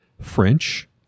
French